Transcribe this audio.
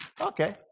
okay